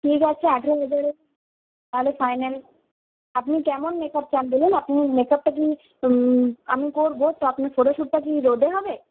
ঠিক আছে আঠেরো হাজারই তাহলে ফাইনাল আপনি কেমন মেকাপ চান বলুন আপনি মেকাপটা কি আমি করব তো আপনার ফটোশুটটা কি রোদে হবে